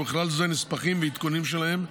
ובכלל זה נספחים ועדכונים שלהן,